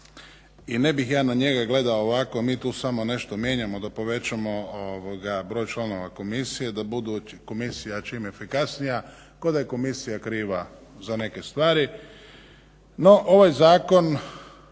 i ne bih ja na njega gledao ovako, mi tu samo nešto meljemo da povećamo broj članova komisije, da bude komisija čim efikasnija, kao da je komisija kriva za neke stvari. No ovaj zakon